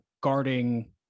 guarding